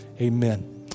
amen